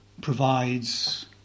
provides